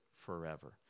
forever